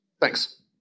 Thanks